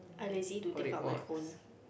I lazy to take out my phone